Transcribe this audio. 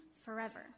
forever